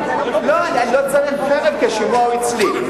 לא, אני לא צריך חרב, כי השימוע הוא אצלי.